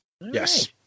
Yes